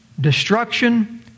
destruction